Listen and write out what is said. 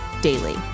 daily